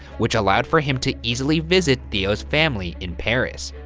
which allowed for him to easily visit theo's family in paris.